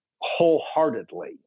wholeheartedly